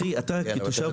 אחי, אתה כתושב הנגב.